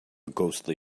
ghostly